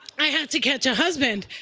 i had to catch a husband.